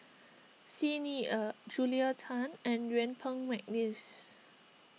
Xi Ni Er Julia Tan and Yuen Peng McNeice